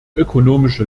ökonomische